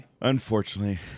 Unfortunately